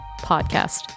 podcast